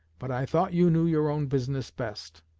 but i thought you knew your own business best